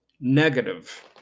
negative